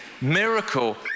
miracle